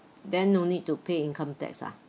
then no need to pay income tax ah